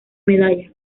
medalla